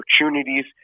opportunities